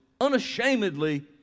unashamedly